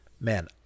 Man